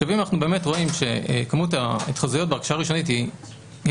אם אנחנו באמת רואים שכמות ההתחזויות בהרכשה הראשונית היא באמת